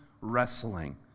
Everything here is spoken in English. wrestling